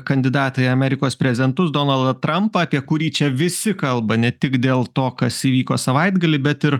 kandidatą į amerikos prezidentus donaldą trampą kurį čia visi kalba ne tik dėl to kas įvyko savaitgalį bet ir